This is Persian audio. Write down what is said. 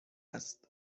است